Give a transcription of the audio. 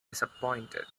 disappointed